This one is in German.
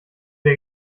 der